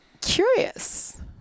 curious